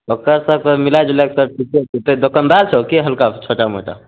ओक्कर सबके मिला जुलाके पड़ि जेतै तोँ दोकनदार छहो की हल्का छोटा मोटा